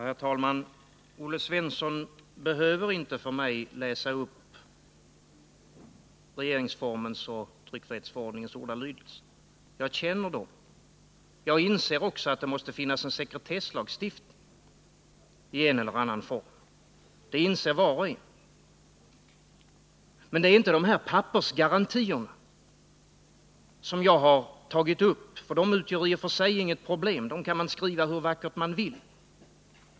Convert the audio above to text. Herr talman! Olle Svensson behöver inte för mig läsa upp regeringsformens och tryckfrihetsförordningens ordalydelse. Jag känner dem. Jag inser också att det måste finnas en sekretesslagstiftning i en eller annan form. Det inser var och en. Men det är inte de här pappersgarantierna som jag har tagit upp. De utgör i och för sig inget problem, dem kan man skriva hur vackert man vill.